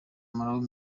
malawi